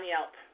Yelp